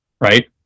right